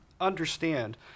understand